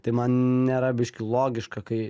tai man nėra biškį logiška kai